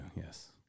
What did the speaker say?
yes